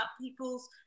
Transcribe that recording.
people's